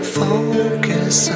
focus